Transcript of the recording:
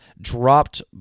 dropped